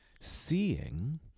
seeing